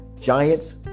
Giants